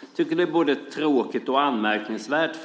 Jag tycker att det är både tråkigt och anmärkningsvärt